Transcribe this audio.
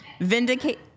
vindicate